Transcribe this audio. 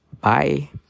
bye